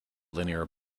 linear